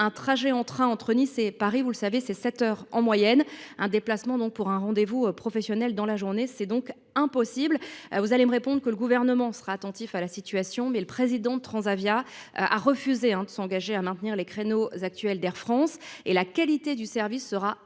Un trajet en train entre Nice et Paris, c’est, en moyenne, sept heures : un déplacement pour un rendez vous professionnel dans la journée est donc impossible ! Vous allez me répondre que le Gouvernement sera « attentif » à la situation. Mais le président de Transavia a refusé de s’engager à maintenir les créneaux actuels d’Air France et la qualité du service sera inférieure